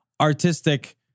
artistic